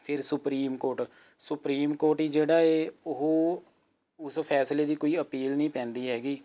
ਫਿਰ supreme court supreme court ਜਿਹੜਾ ਹੈ ਉਹ ਉਸ ਫੈਸਲੇ ਦੀ ਕੋਈ ਅਪੀਲ ਨਹੀਂ ਪੈਂਦੀ ਹੈਗੀ